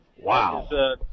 Wow